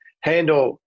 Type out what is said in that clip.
handle